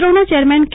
ઈસરોના ચેરમેન કે